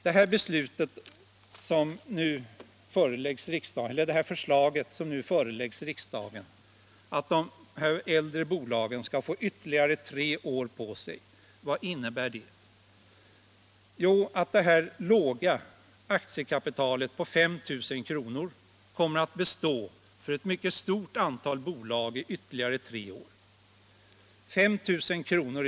Detta förslag som nu föreläggs riksdagen, att de äldre bolagen skall få ytterligare tre år på sig, vad innebär det? Jo, att det här låga aktiekapitalet på 5 000 kr. kommer att bestå för ett mycket stort antal bolag i ytterligare tre år. 5 000 kr.